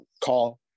call